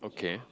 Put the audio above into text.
okay